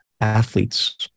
athletes